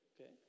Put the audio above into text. Okay